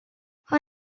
her